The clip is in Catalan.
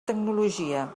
tecnologia